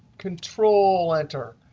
control-enter,